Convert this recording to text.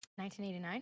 1989